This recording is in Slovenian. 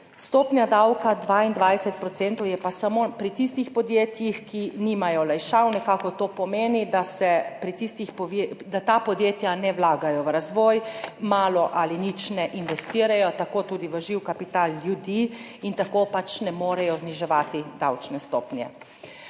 stopnja davka pa je samo pri tistih podjetjih, ki nimajo olajšav. Nekako to pomeni, da ta podjetja ne vlagajo v razvoj, malo ali nič ne investirajo, niti v živ kapital – ljudi, in tako pač ne morejo zniževati davčne stopnje.